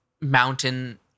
mountain